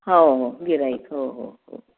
हो हो गिऱ्हाईक हो हो हो